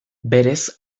berez